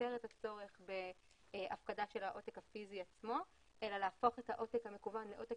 לייצר את הצורך בהפקדה של העותק הפיזי עצמו ולהפוך את העותק המקוון לעותק